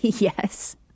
Yes